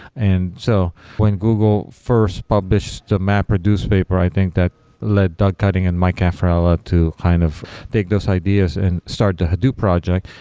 and so when google first published the mapreduce paper, i think that led doug cutting and cafarella to kind of take those ideas and start the hadoop project.